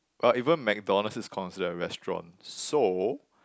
well even McDonald's is consider a restaurant so